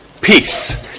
peace